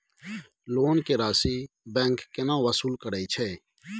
Loan के राशि bank केना वसूल करे छै?